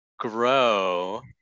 grow